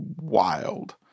wild